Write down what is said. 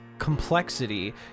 Complexity